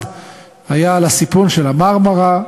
אחד היה על הסיפון של ה"מרמרה"